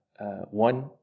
one